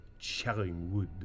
Charingwood